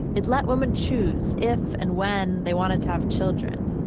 it let women choose if and when they wanted to have children.